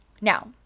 Now